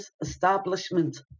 establishment